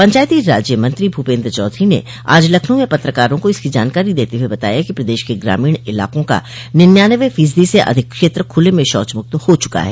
पंचायती राज्य मंत्री भूपेन्द्र चौधरी ने आज लखनऊ में पत्रकारों को इसकी जानकारी देते हुए बताया कि प्रदेश के ग्रामीण इलाकों का निन्यानवे फीसदी से अधिक क्षेत्र खुले में शौच मुक्त हो चुका है